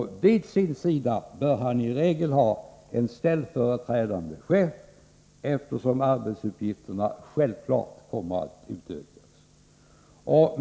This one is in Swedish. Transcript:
Vid sin sida bör han i regel hä en ställföreträdande chef, eftersom arbetsuppgifterna självfallet kommer att bli mer omfattande.